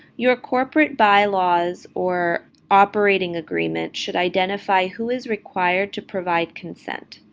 your corporate bylaws or operating agreement should identify who is required to provide consent.